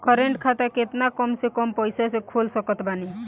Current खाता केतना कम से कम पईसा से खोल सकत बानी?